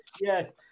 Yes